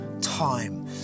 time